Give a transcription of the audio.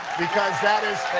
because that is